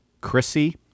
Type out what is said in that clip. Chrissy